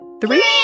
Three